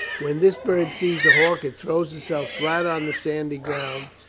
when this bird sees a hawk it throws itself flat on the sandy ground,